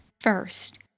first